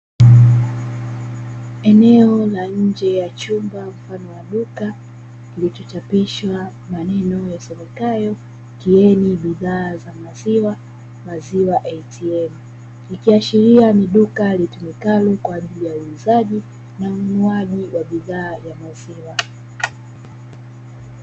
Eneo la nje ya chumba mfano wa duka, Kilichochapishwa maneno yasomekayo tieni bidhaa ya maziwa "MAZIWA ATM" ikiashiria ni duka litumikalo kwa ajili ya huuzaji na ununuaji wa bidhaa ya maziwa.